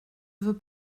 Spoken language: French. veux